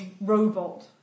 robot